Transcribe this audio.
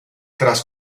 tras